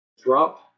Drop